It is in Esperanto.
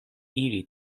iri